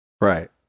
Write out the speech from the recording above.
Right